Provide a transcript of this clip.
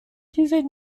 disait